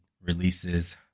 releases